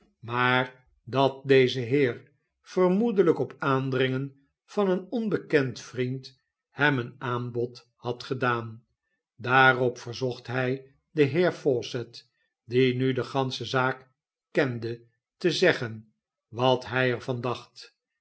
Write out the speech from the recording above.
maar dat deze heer vermoedelijk op aandringen van een onbekend vriend hem een aanbod had gedaan daarop verzocht hij den heer fawcett die nu de gansche zaak kende te zeggen wat hij er van dacht